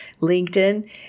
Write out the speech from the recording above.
LinkedIn